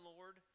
Lord